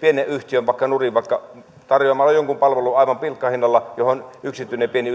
pienen yhtiön vaikka nurin vaikka tarjoamalla jonkun palvelun aivan pilkkahinnalla johon yksityinen pieni